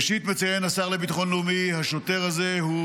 ראשית, מציין השר לביטחון לאומי, השוטר הזה הוא